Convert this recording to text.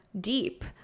deep